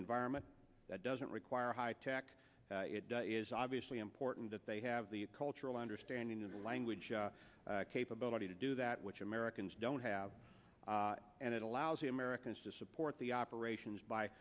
environment that doesn't require high tech it is obviously important that they have the cultural understanding of the language capability to do that which americans don't have and it allows the americans to support the operations by